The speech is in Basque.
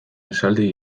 esaldi